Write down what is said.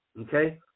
okay